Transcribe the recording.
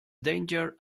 danger